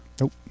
nope